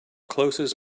closest